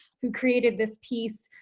who created this piece,